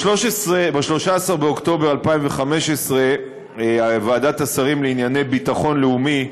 ב-13 באוקטובר 2015 ועדת השרים לענייני ביטחון לאומי,